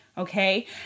Okay